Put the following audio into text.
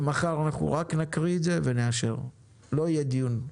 מחר אנחנו רק נקריא ונאשר, לא יהיה דיון.